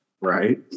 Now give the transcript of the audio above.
right